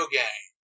game